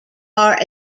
are